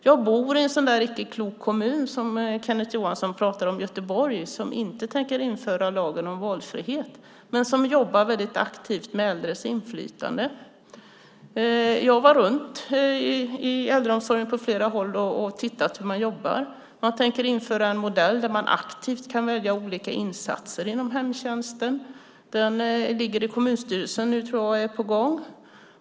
Jag bor i en sådan där icke klok kommun, som Kenneth Johansson pratar om, nämligen Göteborg, som inte tänker införa lagen om valfrihet men som jobbar väldigt aktivt med äldres inflytande. Jag har varit runt i äldreomsorgen på flera håll och tittat hur man jobbar. Man tänker införa en modell där man aktivt kan välja olika insatser inom hemtjänsten. Frågan ligger hos kommunstyrelsen nu, tror jag, och är på gång.